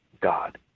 God